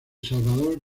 salvador